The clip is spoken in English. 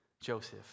Joseph